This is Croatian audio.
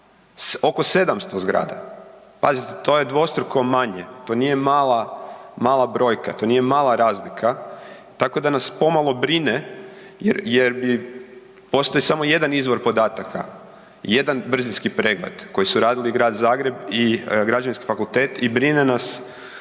oko 700 grada, pazite to je dvostruko manje, to nije mala brojka, to nije mala razlika, tako da nas pomalo brine jer postoji samo jedan izvor podataka, jedan brzinski pregled koji su radili Grad Zagreb i Građevinski fakultet i brine nas